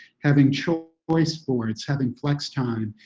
having choice choice boards, having flex time.